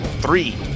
Three